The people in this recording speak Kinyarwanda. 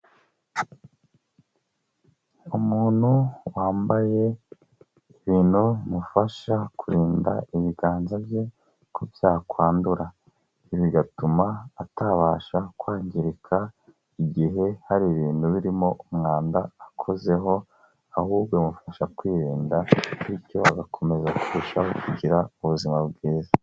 Umuntu wambaye ibintu bimufasha kurinda ibiganza bye ko byakwandura, ibi bigatuma atabasha kwangirika igihe hari ibintu birimo umwanda akozeho, ahubwo bimufasha kwirinda bityo agakomeza kurushaho kugira ubuzima bwiza.